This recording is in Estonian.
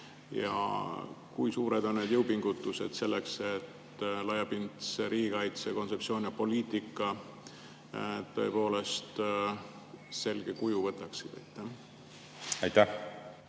Ja kui suured on need jõupingutused selleks, et laiapindse riigikaitse kontseptsioon ja poliitika tõepoolest selge kuju võtaksid? Aitäh!